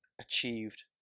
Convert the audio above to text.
achieved